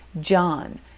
John